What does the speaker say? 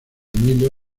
miller